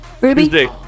Ruby